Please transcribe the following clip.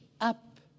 up